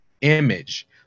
image